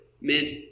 meant